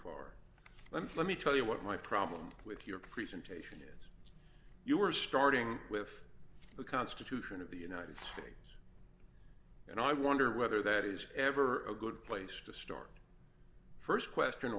and let me tell you what my problem with your presentation is you are starting with the constitution of the united states and i wonder whether that is ever a good place to start st question